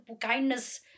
kindness